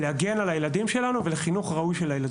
להגן על הילדים שלנו ולאפשר להם